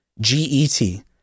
G-E-T